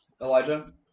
Elijah